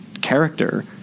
character